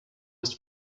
ist